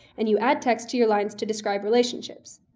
and you add text to your lines to describe relationships.